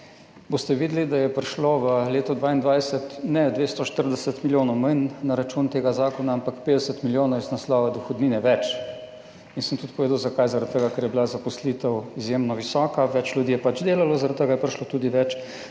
boste videli, da je prišlo v letu 2022, ne 240 milijonov manj na račun tega zakona, ampak 50 milijonov iz naslova dohodnine več. In sem tudi povedal zakaj, zaradi tega, ker je bila zaposlitev izjemno visoka, več ljudi je pač delalo in zaradi tega je prišlo tudi več